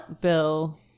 Bill